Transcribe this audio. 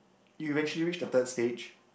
eventually reach the third stage